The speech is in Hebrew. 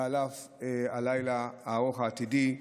ועל אף הלילה הארוך העתידי.